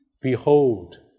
Behold